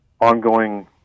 ongoing